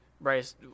Bryce